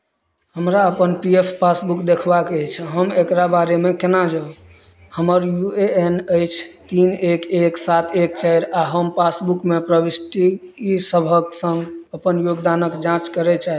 हमरा अपन P F passbook देखबाक अछि हम एकरा बारेमे केना जाउ हमर यू ए एन अछि तीन एक एक सात एक चारि आ हम पासबुकमे प्रविष्टि ईसभक सङ्ग अपन योगदानक जाँच करय चाहैत छी